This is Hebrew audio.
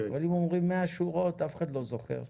אבל אם אומרים 100 שורות אף אחד לא זוכר.